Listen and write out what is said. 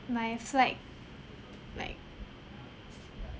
my flight like